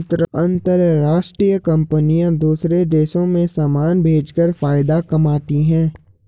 अंतरराष्ट्रीय कंपनियां दूसरे देशों में समान भेजकर फायदा कमाती हैं